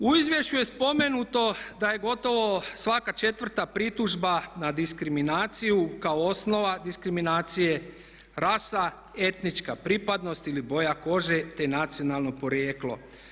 U izvješću je spomenuto da je gotovo svaka četvrta pritužba na diskriminaciju kao osnova diskriminacije, rasa, etnička pripadnost ili boja koža te nacionalno porijeklo.